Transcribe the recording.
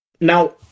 Now